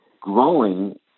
growing